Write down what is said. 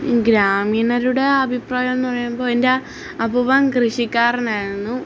ഗ്രാമീണരുടെ അഭിപ്രായമെന്നു പറയുമ്പോൾ എന്റെ അപ്പുപ്പൻ കൃഷിക്കാരനായിരുന്നു